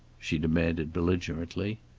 she demanded belligerently.